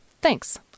thanks